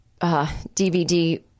DVD